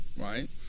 right